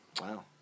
Wow